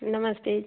नमस्ते